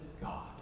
God